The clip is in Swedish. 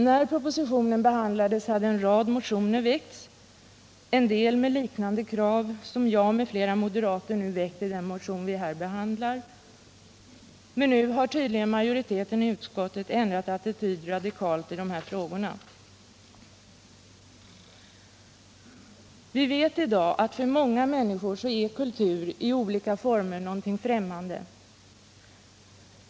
När propositionen behandlades hade en rad motioner väckts — en del med = Kulturpolitiken liknande krav som jag tillsammans med några andra moderater har rest i den motion som vi nu behandlar. Men nu har tydligen majoriteten i utskottet radikalt ändrat attityd i de här frågorna. Vi vet i dag att för många människor är kultur i olika former något främmande.